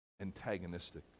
Antagonistic